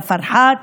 מבדא פרחאת,